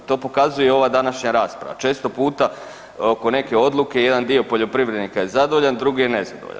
To pokazuje i ova današnja rasprava, često puta oko neke odluke jedan dio poljoprivrednika je zadovoljan, drugi nezadovoljan.